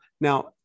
Now